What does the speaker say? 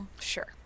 Sure